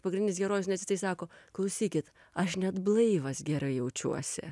pagrindinis herojus nes jisai sako klausykit aš net blaivas gerai jaučiuosi